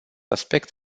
aspect